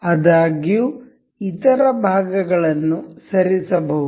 ಆದಾಗ್ಯೂ ಇತರ ಭಾಗಗಳನ್ನು ಸರಿಸಬಹುದು